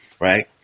right